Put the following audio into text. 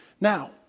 now